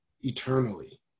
eternally